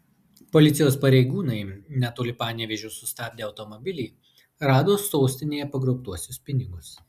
policijos pareigūnai netoli panevėžio sustabdę automobilį rado sostinėje pagrobtuosius pinigus